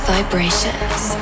Vibrations